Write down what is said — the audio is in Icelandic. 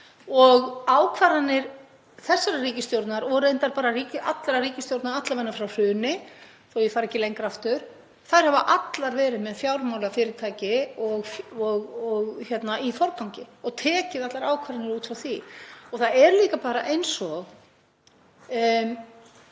Ákvarðanir þessarar ríkisstjórnar og reyndar bara allra ríkisstjórna, alla vega frá hruni, þó að ég fari ekki lengra aftur, hafa allar verið með fjármálafyrirtæki í forgangi og tekið allar ákvarðanir út frá því. Það er líka bara eins og